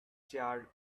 charred